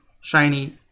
shiny